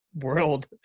world